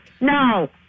no